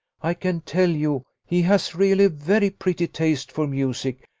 i can tell you he has really a very pretty taste for music,